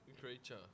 Creature